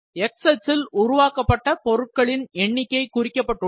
x அச்சில் உருவாக்கப்பட்ட பொருட்களின் எண்ணிக்கை குறிக்கப்பட்டுள்ளது